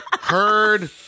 Heard